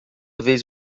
vez